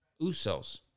Usos